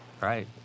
right